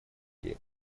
или